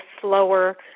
slower